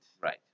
Right